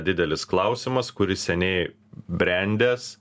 didelis klausimas kuris seniai brendęs